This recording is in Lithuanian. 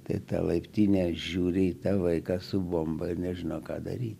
tai ta laiptinė žiūri į tą vaiką su bomba ir nežino ką daryti